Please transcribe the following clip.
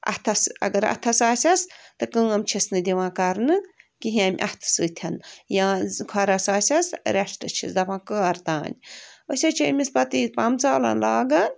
اَتھس اگر اَتھس آسیٚس تہٕ کٲم چھِس نہٕ دِوان کَرنہٕ کیٚنٛہہ اَمہِ اَتھہٕ سۭتۍ یا زٕ کھۄرس آسیٚس ریٚسٹہٕ چھِس دَپان کَر تانۍ أسی حظ چھِ أمِس پَتہٕ یہِ پَمہٕ ژالن لاگان